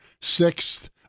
sixth